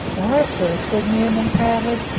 why, sir, said newman, proudly,